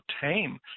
tame